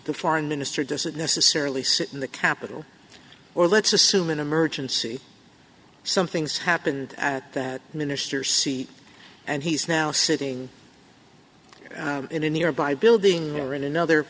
the foreign minister doesn't necessarily sit in the capital or let's assume an emergency something's happened that minister c and he's now sitting in a nearby building or in another